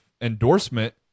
endorsement